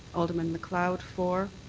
alderman macleod, for.